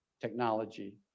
technology